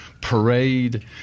parade